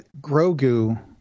Grogu